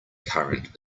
current